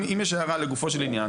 אם יש הערה לגופו של עניין,